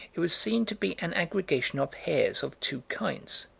it was seen to be an aggregation of hairs of two kinds,